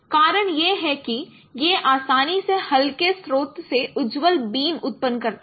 कारण यह है कि यह आसानी से हल्के स्रोत से उज्ज्वल बीम उत्पन्न करता है